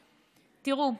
תראו,